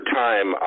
time